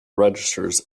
registers